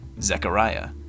Zechariah